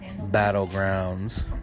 Battlegrounds